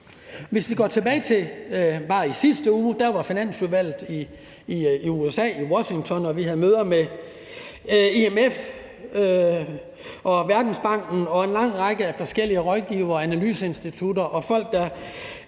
sidste uge, så var Finansudvalget i USA, i Washington, og vi havde møder med IMF, Verdensbanken samt en lang række forskellige rådgivere, analyseinstitutter og folk,